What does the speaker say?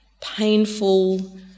painful